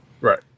Right